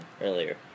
earlier